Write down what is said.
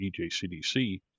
EJCDC